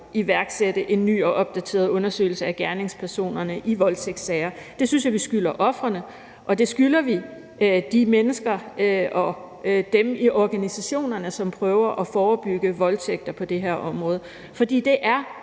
iværksætte en ny og opdateret undersøgelse at gerningspersonerne i voldtægtssager. Det synes jeg vi skylder ofrene, og det skylder vi de mennesker og dem i organisationerne, som prøver at forebygge voldtægter på det her område, for det er